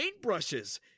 paintbrushes